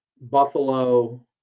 Buffalo